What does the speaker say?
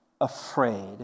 afraid